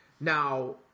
Now